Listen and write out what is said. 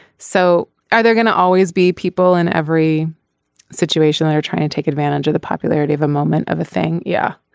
so are there going to always be people in every situation that are trying to take advantage of the popularity of a moment of a thing. yeah.